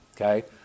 okay